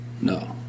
No